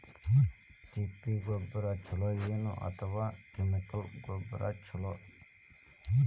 ತಿಪ್ಪಿ ಗೊಬ್ಬರ ಛಲೋ ಏನ್ ಅಥವಾ ಕೆಮಿಕಲ್ ಗೊಬ್ಬರ ಛಲೋ?